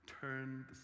turn